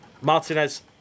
Martinez